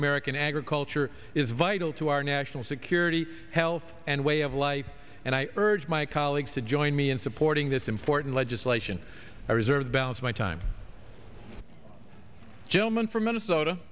american agriculture is vital to our national security health and way of life and i urge my colleagues to join me in supporting this important legislation i reserve the balance my time gentleman from minnesota